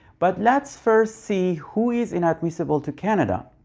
but let's first see who is inadmissible to canada.